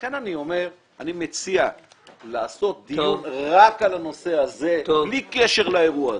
אני מציע לעשות דיון רק על הנושא הזה בלי קשר לאירוע הזה.